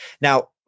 now